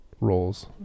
roles